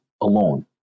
alone